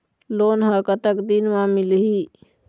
Loan ह कतक दिन मा मिलही?